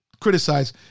criticize